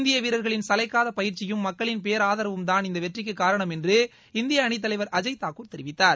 இந்திய வீரர்களின் சளைக்காத பயிற்சியும் மக்களின் பேராதரவும்தான் இந்த வெற்றிக்கு காரணம் என்று இந்திய அணித் தலைவர் அஜய் தாக்கூர் தெரிவித்தார்